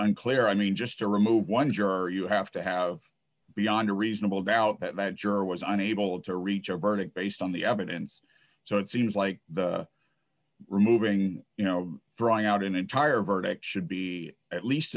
unclear i mean just to remove one juror you have to have beyond a reasonable doubt that mad juror was unable to reach a verdict based on the evidence so it seems like the removing you know throwing out an entire verdict should be at least